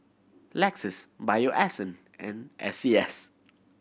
Lexus Bio Essence and S C S